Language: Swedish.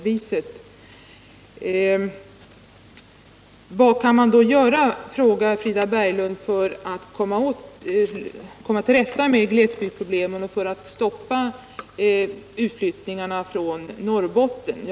Vad kan man då göra, frågar Frida Berglund, för att komma till rätta med glesbygdsproblemen och stoppa utflyttningarna från Norrbotten?